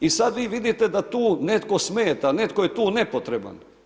I sad vi vidite da tu netko smeta, netko je tu nepotreban.